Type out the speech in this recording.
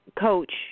coach